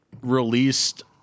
released